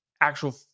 actual